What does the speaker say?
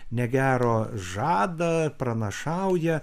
negero žada pranašauja